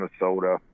Minnesota